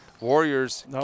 Warriors